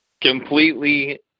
Completely